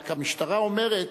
רק המשטרה אומרת: